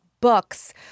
books